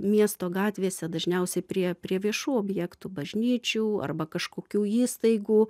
miesto gatvėse dažniausiai prie prie viešų objektų bažnyčių arba kažkokių įstaigų